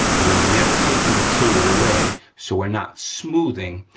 we're never taking material away, so we're not smoothing,